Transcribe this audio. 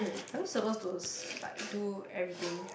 are we supposed to s~ like do everything